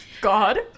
God